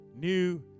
new